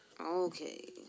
Okay